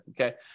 okay